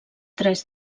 tres